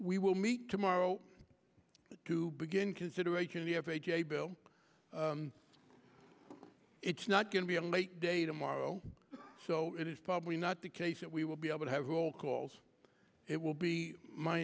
we will meet tomorrow to begin consideration you have a j bill it's not going to be a late day tomorrow so it is probably not the case that we will be able to have all calls it will be my